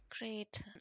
Great